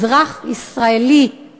אזרח ישראלי,